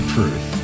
Truth